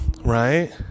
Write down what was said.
Right